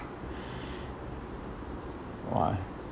!wah!